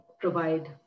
provide